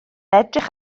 edrych